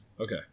Okay